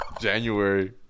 January